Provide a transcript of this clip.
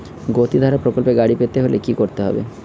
গতিধারা প্রকল্পে গাড়ি পেতে হলে কি করতে হবে?